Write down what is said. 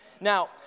Now